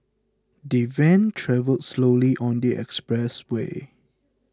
the van travelled slowly on the expressway